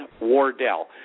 Wardell